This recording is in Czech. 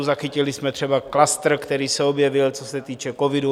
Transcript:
Zachytili jsme třeba klastr, který se objevil, co se týče covidu.